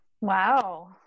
Wow